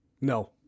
No